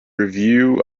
review